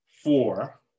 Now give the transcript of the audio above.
four